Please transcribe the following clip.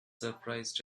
surprised